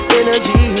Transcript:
energy